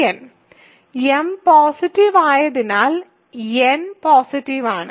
m positive ആയതിനാൽ n positive ആണ്